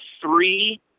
three